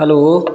hello